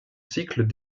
cycles